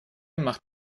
macht